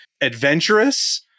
adventurous